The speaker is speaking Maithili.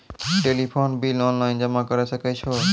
टेलीफोन बिल ऑनलाइन जमा करै सकै छौ?